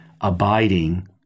abiding